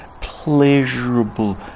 pleasurable